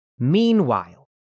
Meanwhile